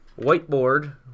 whiteboard